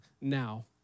now